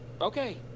Okay